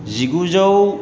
जिगुजौ